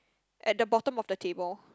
at the bottom of the table